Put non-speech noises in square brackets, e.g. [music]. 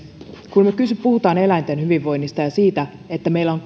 kun me puhumme eläinten hyvinvoinnista ja siitä että meillä on [unintelligible]